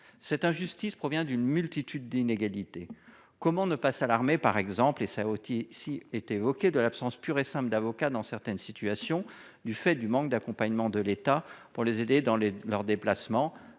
Cette injustice résulte d'une multitude d'inégalités. Comment ne pas s'alarmer, par exemple, de l'absence pure et simple d'avocats dans certaines situations, en raison d'un manque d'accompagnement de l'État pour les aider dans leurs déplacements ?